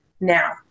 now